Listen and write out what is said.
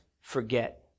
forget